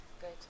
Good